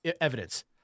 evidence